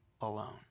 alone